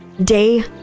day